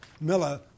Miller